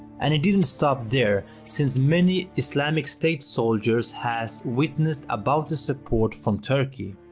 and it didn't stop there, since many islamic state soldiers has witnessed about the support from turkey.